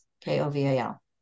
K-O-V-A-L